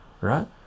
right